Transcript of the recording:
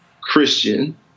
Christian